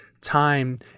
Time